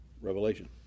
Revelation